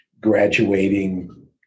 graduating